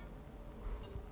orh okay